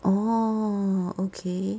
orh okay